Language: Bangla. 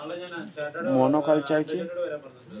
মনোকালচার কি?